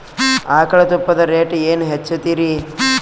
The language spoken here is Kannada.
ಆಕಳ ತುಪ್ಪದ ರೇಟ್ ಏನ ಹಚ್ಚತೀರಿ?